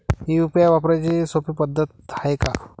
UPI वापराची सोपी पद्धत हाय का?